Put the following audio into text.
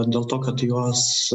dėl to kad juos